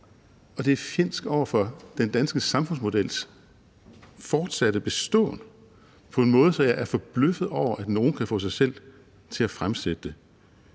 det er fjendsk over for den danske samfundsmodels fortsatte beståen på en måde, så jeg er forbløffet over, at nogen kan få sig selv til at fremsætte det.